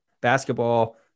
basketball